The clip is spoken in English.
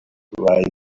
ride